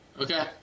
Okay